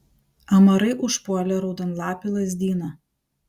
amarai užpuolė raudonlapį lazdyną